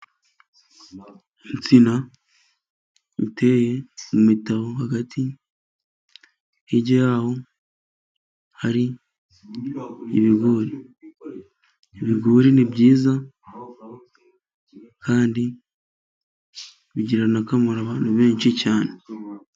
Insina iteye mu mitabo hagati, hirya yaho hari ibigori. Ibigori ni byiza, kandi bigirira n'akamaro abantu benshi cyane.